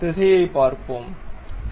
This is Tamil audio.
திசையைப் பார்ப்போம் சரி